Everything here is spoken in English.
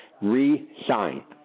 re-sign